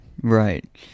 right